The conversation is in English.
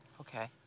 Okay